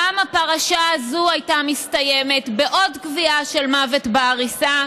גם הפרשה הזו הייתה מסתיימת בעוד קביעה של מוות בעריסה,